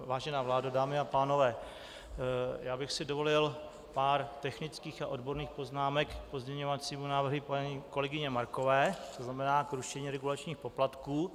Vážená vládo, dámy a pánové, já bych si dovolil pár technických a odborných poznámek k pozměňovacímu návrhu paní kolegyně Markové, to znamená k rušení regulačních poplatků.